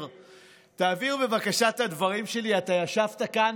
תעשה מעשה.